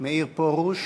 מאיר פרוש?